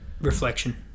Reflection